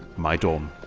my dawn.